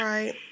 Right